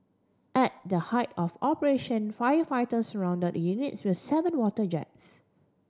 at the height of operation firefighters surround the units with seven water jets